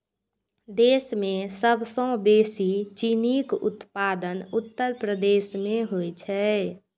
देश मे सबसं बेसी चीनीक उत्पादन उत्तर प्रदेश मे होइ छै